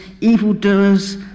evildoers